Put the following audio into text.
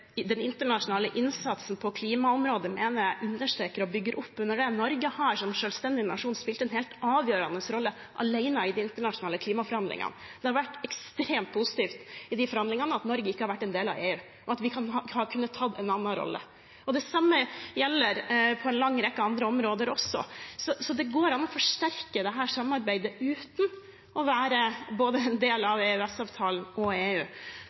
Nettopp den internasjonale innsatsen på klimaområdet mener jeg understreker og bygger opp under det. Norge har som selvstendig nasjon spilt en helt avgjørende rolle alene i de internasjonale klimaforhandlingene. Det har vært ekstremt positivt i de forhandlingene at Norge ikke har vært en del av EU, og at vi har kunnet ta en annen rolle. Det samme gjelder på en lang rekke andre områder også. Så det går an å forsterke dette samarbeidet uten å være en del av EØS-avtalen og EU.